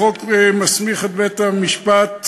החוק מסמיך את בית-המשפט